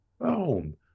boom